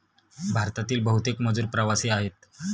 भारतातील बहुतेक मजूर प्रवासी आहेत